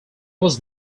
was